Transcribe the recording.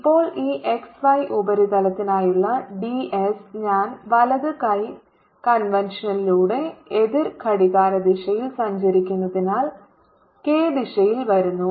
ഇപ്പോൾ ഈ x y ഉപരിതലത്തിനായുള്ള d s ഞാൻ വലത് കൈ കൺവെൻഷനിലൂടെ എതിർ ഘടികാരദിശയിൽ സഞ്ചരിക്കുന്നതിനാൽ k ദിശയിൽ വരുന്നു